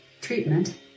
treatment